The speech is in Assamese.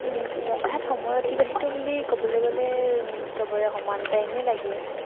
ৰন্ধাত সময় অতিবাহিত বুলি ক'বলৈ গ'লে চবৰে সমান টাইমে লাগে